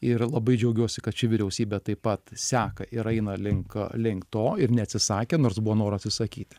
ir labai džiaugiuosi kad ši vyriausybė taip pat seka ir eina link link to ir neatsisakė nors buvo noras išsakyti